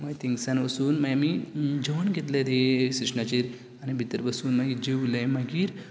मागीर थिंगसान वसून मागीर आमी जेवण घेतलें रेल्वे स्टेशनाचेर मागीर भितर बसून मागीर जेवले मागीर